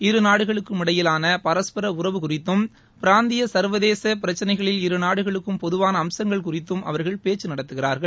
இரு நாடுகளுக்கும் இடையிலான பரஸ்பர உறவு குறித்தும் பிராந்திய சர்வதேச பிரச்சனைகளில் இரு நாடுகளுக்கும் பொதுவான அம்சங்கள் குறித்தும் அவர்கள் பேச்சு நடத்துகிறார்கள்